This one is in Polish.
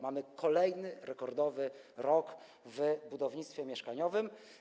Mamy kolejny rekordowy rok w budownictwie mieszkaniowym.